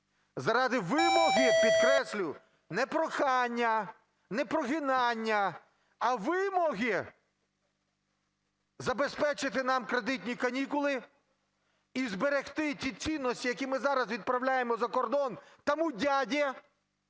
заради вимоги, підкреслюю, не прохання, не прогинання, а вимоги забезпечити нам кредитні канікули і зберегти ті цінності, які ми зараз відправляємо за кордон "тому дяде",